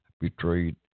betrayed